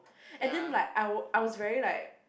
and then like I I was very like